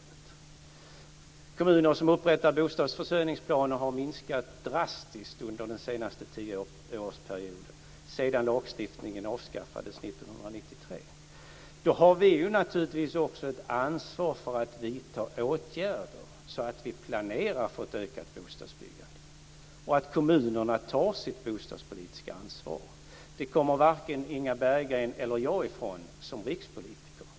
Antalet kommuner som upprättar bostadsförsörjningsplaner har minskat drastiskt sedan bostadsförsörjningslagen avskaffades 1993. Vi har då naturligtvis ett ansvar för att vidta åtgärder för planering för ökat bostadsbyggande och för att kommunerna ska ta sitt bostadspolitiska ansvar. Detta kommer varken Inga Berggren eller jag ifrån som rikspolitiker.